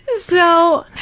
so,